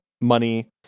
money